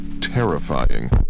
terrifying